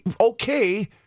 okay